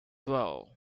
well